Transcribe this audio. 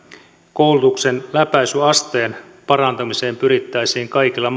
koulutuksen läpäisyasteen parantamiseen pyrittäisiin kaikilla